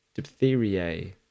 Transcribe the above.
Diphtheriae